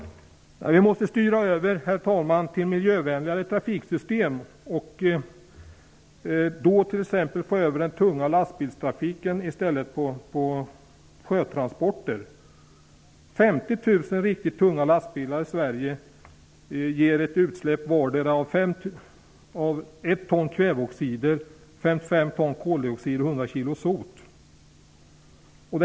Vi måste styra över till miljövänligare trafiksystem och föra över den tunga lastbilstrafiken till sjötransporter. 50 000 riktigt tunga lastbilar i Sverige släpper vardera ut 1 ton kväveoxider, 55 ton koldioxider och 100 kilo sot.